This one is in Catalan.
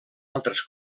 altres